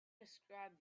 described